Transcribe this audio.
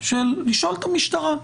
של לשאול אותו משטרה,